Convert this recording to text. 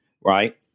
right